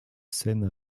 seine